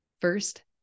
first